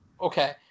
okay